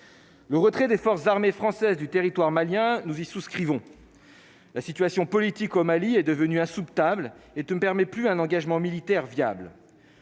le retrait des forces armées françaises du territoire malien nous y souscrivons la situation politique au Mali est devenue à soupe tables et tu ne permet plus un engagement militaire viable